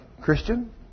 Christian